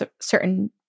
certain